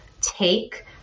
take